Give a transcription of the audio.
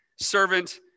servant